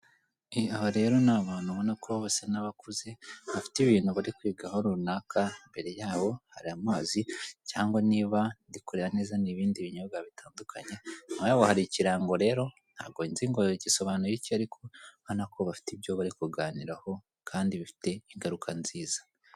Aha rero ni abantu ubona ko basa n'abakuze, bafite ibintu bari kwiga aho runaka, imbere yabo hari amazi cyangwa niba ndi kureba neza n'ibindi binyobwa bitandukanye, hakaba hari ikirango rero ntabwo nzi ngo yagisobanuye iki ariko urabona ko bafite ibyo bari kuganiraho kandi bifite ingaruka nziza.